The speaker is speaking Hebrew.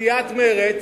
סיעת מרצ,